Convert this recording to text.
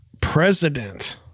President